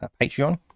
Patreon